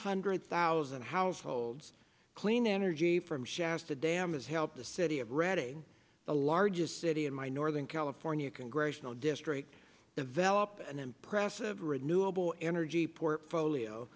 hundred thousand households clean energy from shasta dam has helped the city of reading the largest city in my northern california congressional district develop an impressive renewable energy portfolio